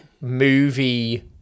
movie